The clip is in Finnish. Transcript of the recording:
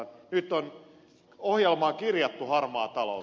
nyt on ohjelmaan kirjattu harmaa talous